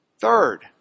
Third